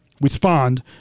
respond